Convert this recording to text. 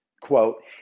Quote